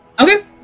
Okay